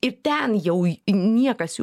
ir ten jau niekas jų